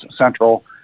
central